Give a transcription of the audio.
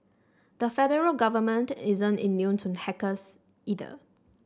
the federal government isn't immune to hackers either